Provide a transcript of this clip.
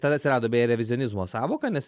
tada atsirado beje revizionizmo sąvoka nes